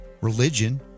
religion